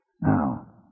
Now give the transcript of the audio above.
Now